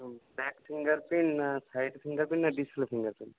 ও back fingerprint না side fingerprint না display finger print